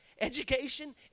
education